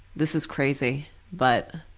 this is crazy but